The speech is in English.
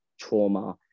trauma